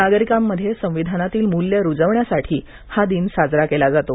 नागरिकांमध्ये संविधानातील मूल्य रुजवण्यासाठी हा दिन साजरा केला जातो